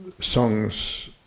songs